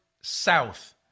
south